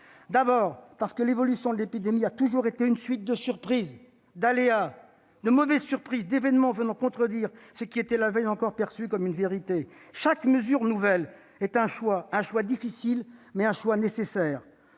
d'abord, l'évolution de l'épidémie a toujours été une suite d'aléas, de mauvaises surprises, d'événements venant contredire ce qui était, la veille encore, perçu comme une vérité. Chaque mesure nouvelle est un choix difficile, mais nécessaire.